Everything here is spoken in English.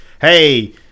Hey